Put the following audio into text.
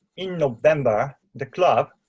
in november the club